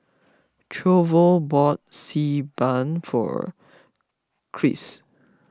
Toivo bought Xi Ban for Chris